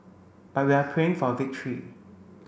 but we are praying for victory